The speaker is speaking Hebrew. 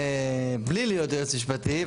בלי להיות יועץ משפטי,